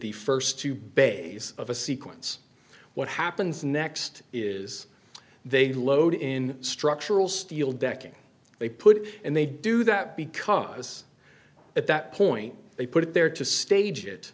the st two base of a sequence what happens next is they load in structural steel decking they put it and they do that because at that point they put it there to stage it